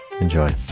enjoy